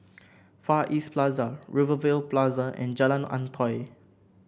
Far East Plaza Rivervale Plaza and Jalan Antoi